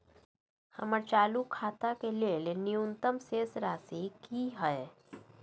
हमर चालू खाता के लेल न्यूनतम शेष राशि की हय?